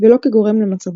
ולא כגורם למצבו.